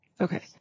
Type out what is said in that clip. Okay